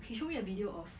he show me a video of